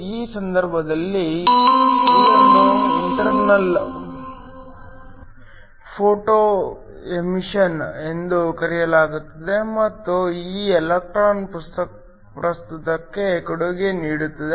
ಈ ಸಂದರ್ಭದಲ್ಲಿ ಇದನ್ನು ಇಂಟರ್ನಲ್ ಫೋಟೊಮಿಶನ್ ಎಂದು ಕರೆಯಲಾಗುತ್ತದೆ ಮತ್ತು ಈ ಎಲೆಕ್ಟ್ರಾನ್ ಪ್ರಸ್ತುತಕ್ಕೆ ಕೊಡುಗೆ ನೀಡುತ್ತದೆ